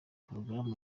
program